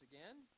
again